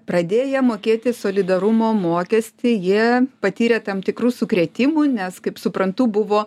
pradėję mokėti solidarumo mokestį jie patyrė tam tikrų sukrėtimų nes kaip suprantu buvo